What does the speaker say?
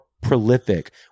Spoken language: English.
prolific